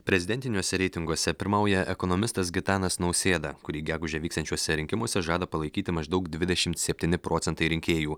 prezidentiniuose reitinguose pirmauja ekonomistas gitanas nausėda kurį gegužę vyksiančiuose rinkimuose žada palaikyti maždaug dvidešimt septyni procentai rinkėjų